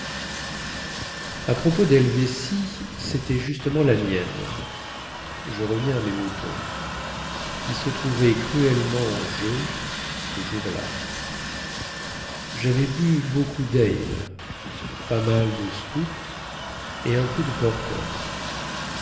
à propos dhelvétie cétait justement la mienne je reviens à mes moutons qui se trouvait cruellement en jeu ce jour-là javais bu beaucoup dale pas mal de stout et un peu de porter